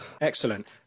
excellent